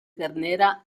ternera